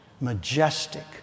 majestic